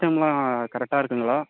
சிஸ்டமெலாம் கரெக்டாக இருக்குங்களா